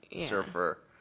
surfer